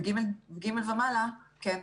כיתות ג' ומעלה כן.